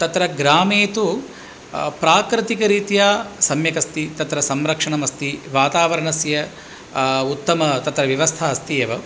तत्र ग्रामे तु प्राकृतिकरीत्या सम्यकस्ति तत्र संरक्षणमस्ति वातावरणस्य उत्तमं तत्र व्यवस्था अस्ति एव